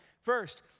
First